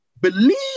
believe